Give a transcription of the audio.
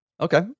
Okay